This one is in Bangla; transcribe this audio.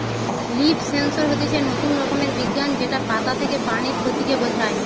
লিফ সেন্সর হতিছে নতুন রকমের বিজ্ঞান যেটা পাতা থেকে পানির ক্ষতি কে বোঝায়